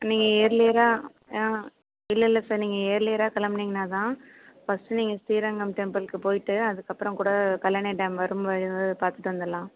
நீங்கள் இயர்லியராக இல்லை இல்லை சார் நீங்கள் இயர்லியராக கிளம்புனீங்கனா தான் ஃபர்ஸ்ட்டு நீங்கள் ஸ்ரீரங்கம் டெம்பிளுக்கு போய்ட்டு அதுக்கப்பறம் கூட கல்லணை டேம் வரும் போது பார்த்துட்டு வந்துடலாம்